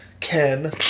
Ken